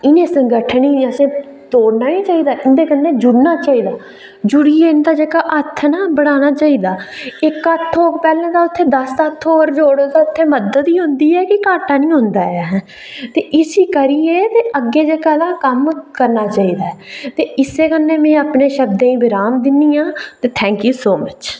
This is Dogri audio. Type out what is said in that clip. इ'नें संगठनें गी असेंगी तोड़ना नेईं चाहिदा मतलब उ'दें कन्नै जुड़ना चाहिदा जुड़ियै ते इंदा हत्थ ना बढ़ाना चाहिदा इक हत्थ होग पैह्ले उदे कन्नै दस हत्थ होर जुड़ङन ते घाटा नेईं होंदा ऐ ते इस्सै करियै अग्गै जेह्का एह् कम्म करना चाहिदा ऐ ते इस्सै कन्नै में अपने शब्दें गी विराम दिन्नी आं ते थैंक यू सो मच